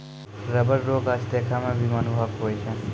rubber रो गाछ देखै मे भी मनमोहक हुवै छै